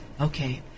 Okay